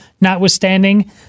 notwithstanding